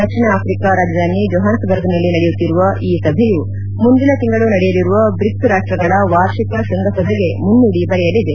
ದಕ್ಷಿಣ Africa ರಾಜಧಾನಿ ಜೋಹಾನ್ಸ್ ಬರ್ಗ್ನಲ್ಲಿ ನಡೆಯುತ್ತಿರುವ ಈ ಸಭೆಯು ಮುಂದಿನ ತಿಂಗಳು ನಡೆಯಲಿರುವ ಬ್ರಿಕ್ಸ್ ರಾಷ್ಟಗಳ ವಾರ್ಷಿಕ ತೃಂಗಸಭೆಗೆ ಮುನ್ನುಡಿ ಬರೆಯಲಿದೆ